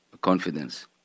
confidence